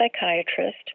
psychiatrist